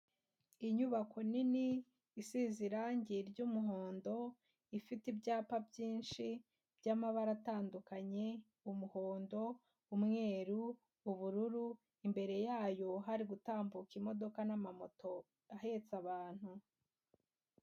Inyubako nini isize irangi ry'umuhondo, ifite ibyapa byinshi by'amabara atandukanye, umuhondo, umweru, ubururu, imbere yayo hari gutambuka imodoka n'amamoto ahetse abantu.